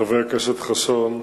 חבר הכנסת חסון,